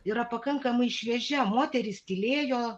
yra pakankamai šviežia moterys tylėjo